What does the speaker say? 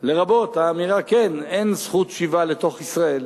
לרבות האמירה, כן, אין זכות שיבה לתוך ישראל,